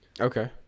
okay